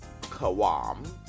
Kawam